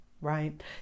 right